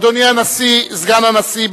אדוני סגן הנשיא,